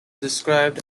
described